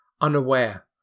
unaware